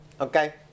okay